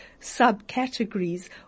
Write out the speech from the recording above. subcategories